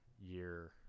year